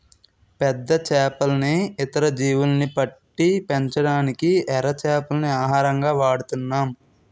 పెద్ద చేపల్ని, ఇతర జీవుల్ని పట్టి పెంచడానికి ఎర చేపల్ని ఆహారంగా వాడుతున్నాం